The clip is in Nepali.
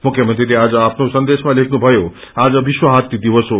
मुख्यमंत्रीले आज आफ्नो सन्देशमा लेख्नुथयो आज विश्व हात्ती दिवसहो